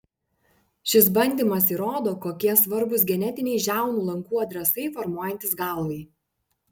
šis bandymas įrodo kokie svarbūs genetiniai žiaunų lankų adresai formuojantis galvai